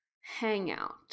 hangout